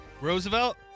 Roosevelt